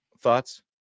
Thoughts